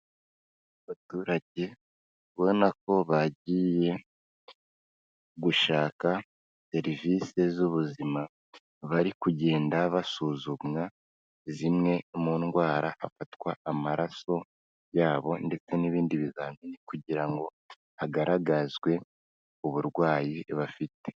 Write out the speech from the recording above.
Abaturage ubona ko bagiye gushaka serivisi z'ubuzima. Bari kugenda basuzumwa zimwe mu ndwara, hafatwa amaraso yabo ndetse n'ibindi bizamini kugira ngo hagaragazwe uburwayi bafite.